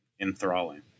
enthralling